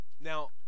Now